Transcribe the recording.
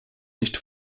nicht